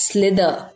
Slither